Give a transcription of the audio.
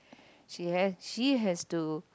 she has she has to